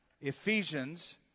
Ephesians